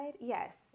Yes